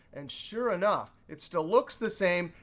and sure enough, it still looks the same.